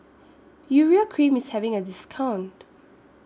Urea Cream IS having A discount